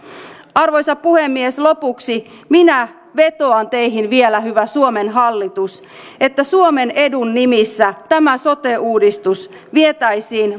arvoisa puhemies lopuksi minä vetoan teihin vielä hyvä suomen hallitus että suomen edun nimissä tämä sote uudistus vietäisiin